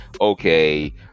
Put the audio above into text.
okay